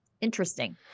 interesting